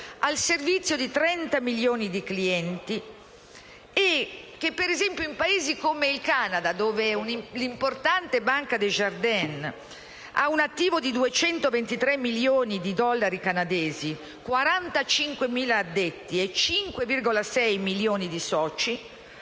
al servizio di 30 milioni di clienti. Ad esempio, in un Paese come il Canada, l'importante banca Desjardins ha un attivo di 223 milioni di dollari canadesi, 45.000 addetti e 5,6 milioni di soci.